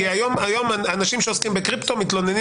כי היום אנשים שעוסקים בקריפטו מתלוננים